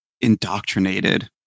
indoctrinated